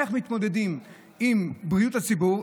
איך מתמודדים עם בריאות הציבור?